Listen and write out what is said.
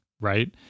right